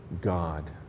God